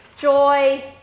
joy